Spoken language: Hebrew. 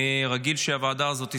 אני רגיל שהוועדה הזאת סודית,